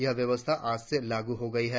यह व्यवस्था आज से लागू हो गई है